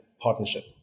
partnership